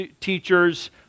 teachers